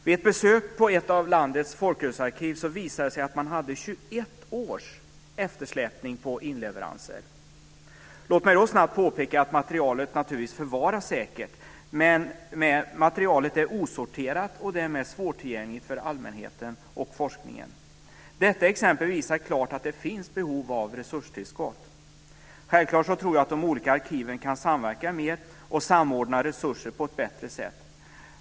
Vid ett besök på ett av landets folkrörelsearkiv visade det sig att man hade 21 års eftersläpning på inleveranser. Låt mig då snabbt påpeka att materialet naturligtvis förvaras säkert, men materialet är osorterat och därmed svårtillgängligt för allmänheten och forskningen. Detta exempel visar klart att det finns behov av resurstillskott. Självklart tror jag att de olika arkiven kan samverka mer och samordna resurser på ett bättre sätt.